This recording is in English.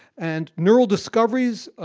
and neural discoveries,